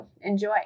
Enjoy